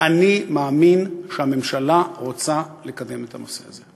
אני מאמין שהממשלה רוצה לקדם את הנושא הזה.